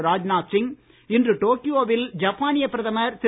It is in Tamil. ராஜ்நாத் சிங் இன்று டோக்கியோ வில் ஜப்பானிய பிரதமர் திரு